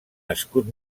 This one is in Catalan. escut